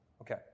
Okay